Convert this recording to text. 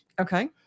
Okay